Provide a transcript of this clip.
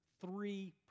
three